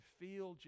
feel